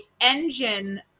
engine